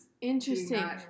Interesting